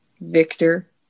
victor